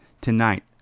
tonight